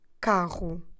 CARRO